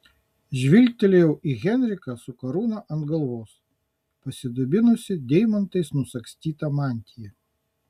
žvilgtelėjau į henriką su karūna ant galvos pasidabinusį deimantais nusagstyta mantija